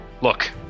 Look